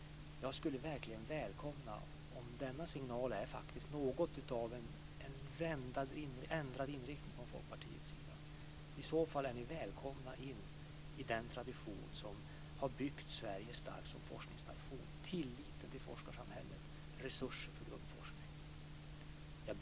Jag skulle verkligen välkomna om denna signal verkligen är en ändrad inriktning från Folkpartiets sida. I så fall är ni välkomna in i den tradition som har byggt Sverige starkt som forskningsnation - tilliten till forskarsamhället, resurser för grundforskning.